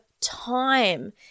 time